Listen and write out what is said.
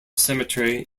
cemetery